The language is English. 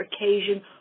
occasion